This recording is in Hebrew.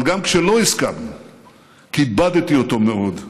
אבל גם כשלא הסכמנו כיבדתי אותו מאוד,